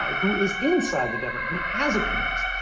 who is inside the government, who has a clearance.